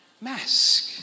mask